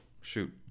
shoot